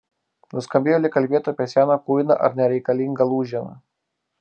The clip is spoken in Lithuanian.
nuskambėjo lyg kalbėtų apie seną kuiną ar nereikalingą lūženą